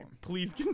please